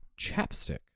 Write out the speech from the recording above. chapstick